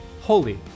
holy